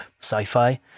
sci-fi